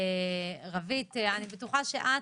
רווית אני בטוחה שאת,